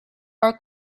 are